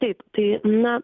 taip tai na